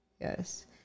Yes